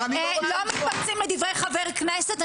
אני יכולה --- לא מתפרצים לדברי חבר כנסת.